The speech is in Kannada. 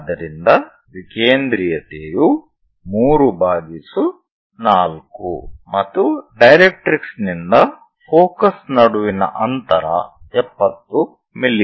ಆದ್ದರಿಂದ ವಿಕೇಂದ್ರೀಯತೆಯು 34 ಮತ್ತು ಡೈರೆಕ್ಟ್ರಿಕ್ಸ್ ನಿಂದ ಫೋಕಸ್ ನಡುವಿನ ಅಂತರ 70 ಮಿ